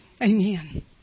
Amen